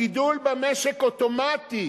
הגידול במשק אוטומטית